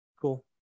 cool